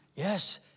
Yes